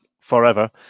forever